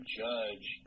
judge